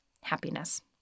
happiness